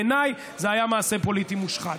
בעיניי זה היה מעשה פוליטי מושחת.